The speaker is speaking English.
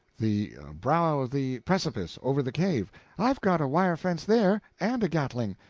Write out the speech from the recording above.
the brow of the precipice over the cave i've got a wire fence there, and a gatling.